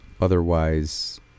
Otherwise